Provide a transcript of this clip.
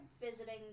visiting